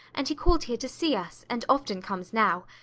and he called here to see us, and often comes now.